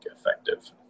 effective